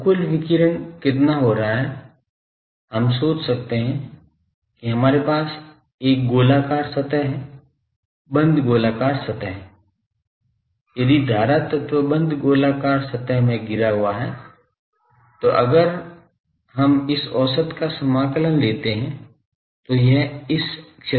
तो कुल विकिरण कितना हो रहा है हम सोच सकते हैं कि हमारे पास एक गोलाकार सतह हैं बंद गोलाकार सतह यदि धारा तत्व बंद गोलाकार सतह में घिरा हुआ हैं तो अगर हम इस औसत का समाकलन लेते हैं तो यह इस क्षेत्र से निकलेगा